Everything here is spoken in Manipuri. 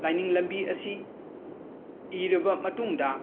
ꯂꯥꯏꯅꯤꯡ ꯂꯝꯕꯤ ꯑꯁꯤ ꯏꯔꯕ ꯃꯇꯨꯡꯗ